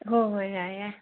ꯍꯣꯏ ꯍꯣꯏ ꯌꯥꯏ ꯌꯥꯏ